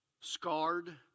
scarred